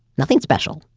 nothing special,